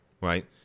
right